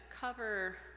cover